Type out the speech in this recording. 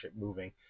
moving